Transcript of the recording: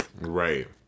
Right